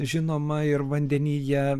žinoma ir vandenyje